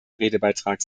redebeitrag